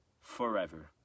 forever